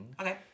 Okay